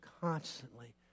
constantly